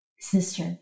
Sister